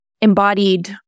embodied